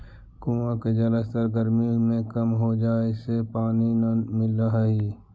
कुआँ के जलस्तर गरमी में कम हो जाए से पानी न मिलऽ हई